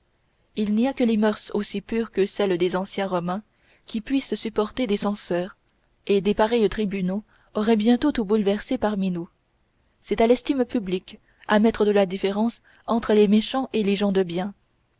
il n'y a que des mœurs aussi pures que celles des anciens romains qui puissent supporter des censeurs et des pareils tribunaux auraient bientôt tout bouleversé parmi nous c'est à l'estime publique à mettre de la différence entre les méchants et les gens de bien